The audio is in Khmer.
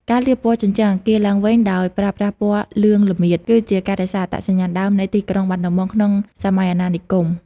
ការលាបពណ៌ជញ្ជាំងអគារឡើងវិញដោយប្រើប្រាស់ពណ៌លឿងល្មៀត គឺជាការរក្សាអត្តសញ្ញាណដើមនៃទីក្រុងបាត់ដំបងក្នុងសម័យអាណានិគម។